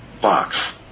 box